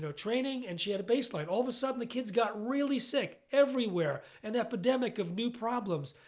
so training and she had a baseline. all of a sudden, the kids got really sick everywhere. an epidemic of new problems.